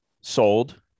sold